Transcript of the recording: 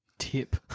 Tip